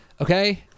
Okay